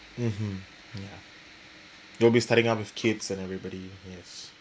mmhmm ya you'll be starting up with kids and everybody yes